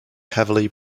heavily